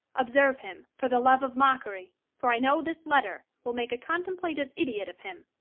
observe him, for the love of mockery for i know this letter will make a contemplative idiot of him.